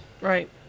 Right